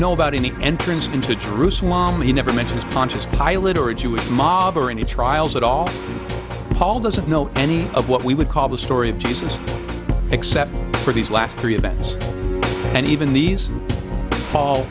know about any entrance into truth he never mentions conscious pilot or jewish mob or any trials at all paul doesn't know any of what we would call the story of jesus except for these last three events and even these